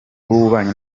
w’ububanyi